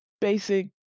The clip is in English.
basic